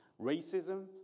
Racism